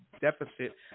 deficit